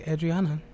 Adriana